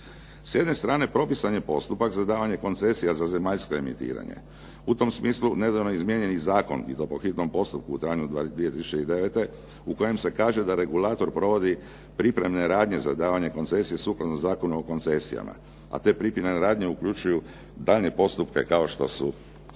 S jedne strane propisan je postupak za davanje koncesija za zemaljsko emitiranje. U tom smislu nedavno izmijenjeni zakon i to po hitnom postupku u travnju 2009. u kojem se kaže da regulator provodi pripremne radnje za davanje koncesije sukladno Zakonu o koncesijama, a te pripremne radnje uključuju daljnje postupke kao što su.